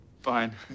Fine